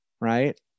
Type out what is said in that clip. Right